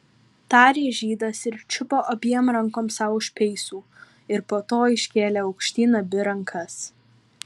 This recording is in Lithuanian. tarė žydas ir čiupo abiem rankom sau už peisų ir po to iškėlė aukštyn abi rankas